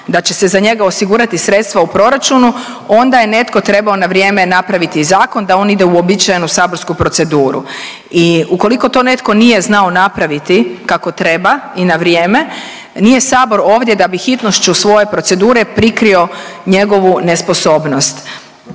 da će se za njega osigurati sredstva u proračunu, onda je netko trebao na vrijeme napraviti zakon da on ide u uobičajenu saborsku proceduru. I ukoliko to netko nije znao napraviti kako treba i na vrijeme nije Sabor ovdje da bi hitnošću svoje procedure prikrio njegovu nesposobnost.